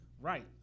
Right